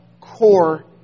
core